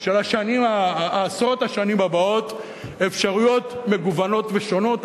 של עשרות השנים הבאות אפשרויות מגוונות ושונות,